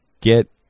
get